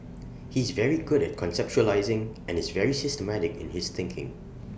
he's very good at conceptualising and is very systematic in his thinking